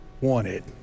wanted